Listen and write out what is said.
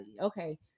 Okay